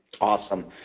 Awesome